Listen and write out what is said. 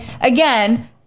again